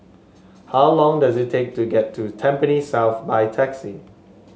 how long does it take to get to Tampines South by taxi